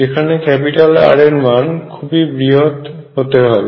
যেখানে R এর মান খুব বৃহৎ হতে হবে